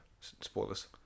spoilers